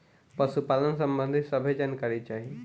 पशुपालन सबंधी सभे जानकारी चाही?